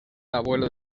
abuelo